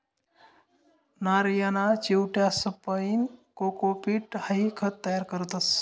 नारयना चिवट्यासपाईन कोकोपीट हाई खत तयार करतस